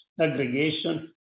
aggregation